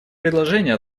предложения